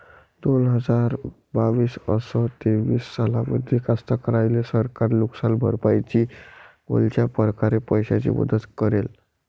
दोन हजार बावीस अस तेवीस सालामंदी कास्तकाराइले सरकार नुकसान भरपाईची कोनच्या परकारे पैशाची मदत करेन?